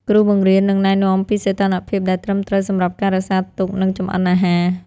គ្រូបង្រៀននឹងណែនាំពីសីតុណ្ហភាពដែលត្រឹមត្រូវសម្រាប់ការរក្សាទុក និងចម្អិនអាហារ។